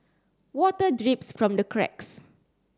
water drips from the cracks